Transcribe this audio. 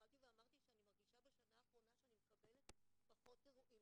התחלתי ואמרתי שאני מרגישה בשנה האחרונה שאני מקבלת פחות אירועים,